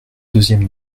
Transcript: deuxième